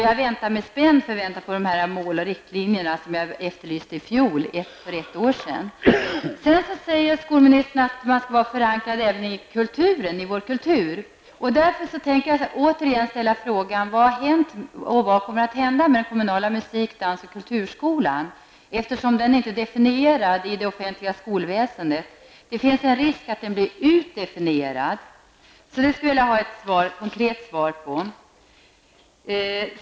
Jag väntar med spänd förväntan på de mål och riktlinjer som jag efterlyste för ett år sedan. Skolministern säger att undervisningen skall vara förankrad även i vår kultur. Därför tänker jag återigen ställa frågan: Vad har hänt och vad kommer att hända med den kommunala musik-, dans och kulturskolan? Eftersom den inte är definierad i det offentliga skolväsendet, finns en risk för att den blir utdefinierad. Detta skulle jag vilja få ett konkret svar på.